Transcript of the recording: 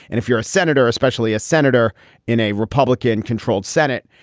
and if you're a senator, especially a senator in a republican controlled senate,